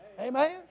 Amen